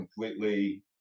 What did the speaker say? completely